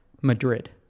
Madrid